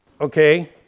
Okay